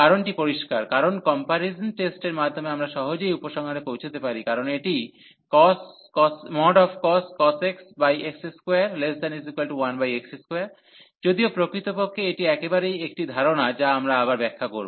কারণটি পরিষ্কার কারণ কম্পারিজন টেস্টের মাধ্যমে আমরা সহজেই উপসংহারে পৌছাতে পারি কারণ এটি cos x x21x2 যদিও প্রকৃতপক্ষে এটি একেবারে একটি ধারণা যা আমরা আবার ব্যাখ্যা করব